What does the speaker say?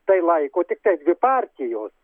tai laiko tiktai dvi partijos